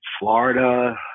Florida